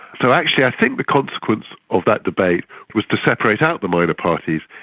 so actually i think the consequence of that debate was to separate out the minor parties,